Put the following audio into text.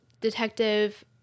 Detective